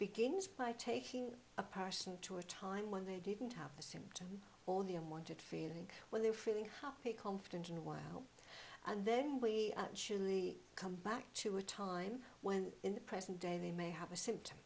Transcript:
begins by taking a person to a time when they didn't have the symptom all the unwanted feeling when they are feeling happy confident in a while and then we actually come back to a time when in the present day they may have a s